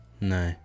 No